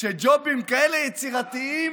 שג'ובים כאלה יצירתיים